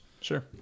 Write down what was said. Sure